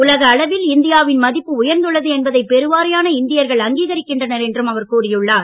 உலக அளவில் இந்தியாவின் மதிப்பு உயர்ந்துள்ளது என்பதை பெருவாரியான இந்தியர்கள் அங்கீகரிக்கின்றனர் என்றும் அவர் கூறியுள்ளார்